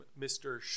Mr